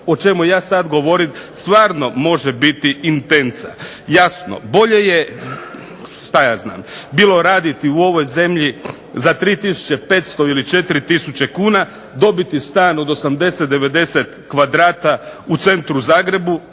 o čemu ja sad govorim stvarno može biti intenca. Jasno bolje je šta ja znam bilo raditi u ovoj zemlji za 3 tisuće 500 ili 4 tisuće kuna, dobiti stan od 80, 90 kvadrata u centru Zagrebu,